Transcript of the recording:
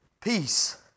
Peace